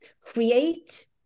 Create